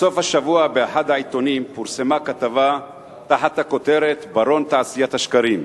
בסוף השבוע באחד העיתונים פורסמה כתבה תחת הכותרת "ברון תעשיית השקרים",